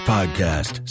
Podcast